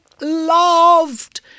loved